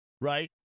right